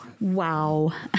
Wow